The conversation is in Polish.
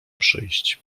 przyjść